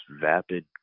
vapid